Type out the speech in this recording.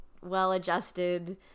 well-adjusted